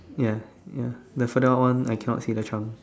ya ya the further out one I cannot see the chunk